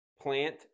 plant